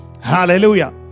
Hallelujah